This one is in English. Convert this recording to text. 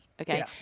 Okay